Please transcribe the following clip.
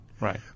right